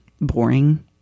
boring